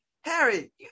harry